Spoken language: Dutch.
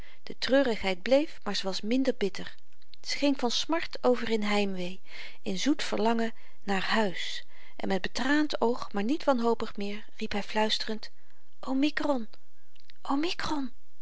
de treurigheid bleef maar ze was minder bitter ze ging van smart over in heimwee in zoet verlangen naar huis en met betraand oog maar niet wanhopig meer riep hy fluisterend omikron omikron